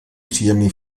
příjemný